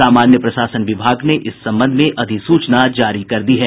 सामान्य प्रशासन विभाग ने इस संबंध में अधिसूचना जारी कर दी है